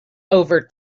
over